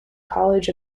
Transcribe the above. college